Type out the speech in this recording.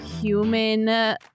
human